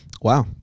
Wow